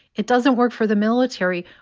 it doesn't work for the military.